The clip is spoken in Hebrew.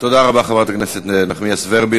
תודה רבה, חברת הכנסת נחמיאס ורבין.